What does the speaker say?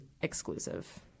exclusive